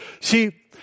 See